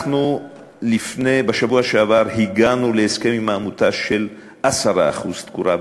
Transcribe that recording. אנחנו בשבוע שעבר הגענו להסכם עם העמותה על 10% תקורה,